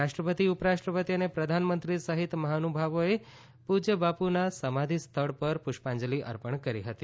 રાષ્ટ્રપતિ ઉપરાષ્ટ્રપતિ અને પ્રધાનમંત્રી સહિત મહાનુભાવોએ પુજય બાપુના સમાધિ સ્થળ પર પુષ્પાંજલી અર્પણ કરી હતી